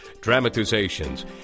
dramatizations